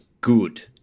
good